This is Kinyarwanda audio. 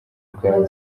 bwawe